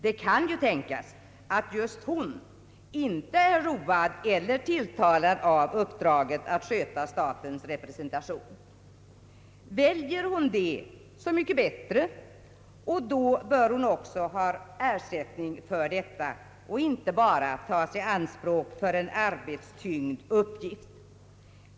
Det kan ju tänkas att just hon inte är road eller tilltalad av uppdraget att sköta statens representation. Åtar hon sig uppdraget är det så mycket bättre, men då bör hon också ha ersättning för detta och inte bara tas i anspråk för en arbetstyngd uppgift.